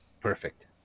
Perfect